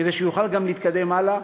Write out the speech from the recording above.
כדי שהוא יוכל גם להתקדם הלאה,